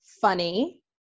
funny